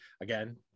Again